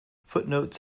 footnotes